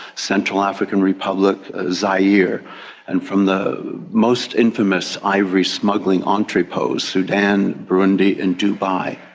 central african republic, zaire and from the most infamous ivory smuggling entrepots sudan, burundi and dubai.